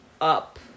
up